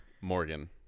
Morgan